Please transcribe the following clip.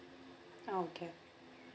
okay